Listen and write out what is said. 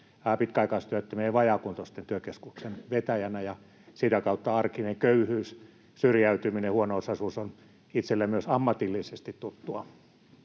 pitkäaikaistyöttömien ja vajaakuntoisten työkeskuksen vetäjänä, ja sitä kautta arkinen köyhyys, syrjäytyminen, huono-osaisuus on itselle myös ammatillisesti tuttua.